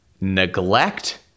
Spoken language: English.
neglect